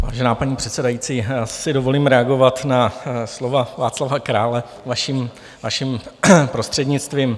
Vážená paní předsedající, já si dovolím reagovat na slova Václava Krále vaším prostřednictvím.